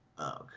Okay